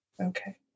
Okay